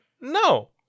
No